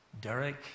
Derek